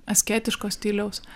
asketiško stiliaus